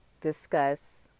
discuss